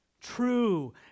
True